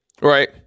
Right